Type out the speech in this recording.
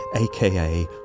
aka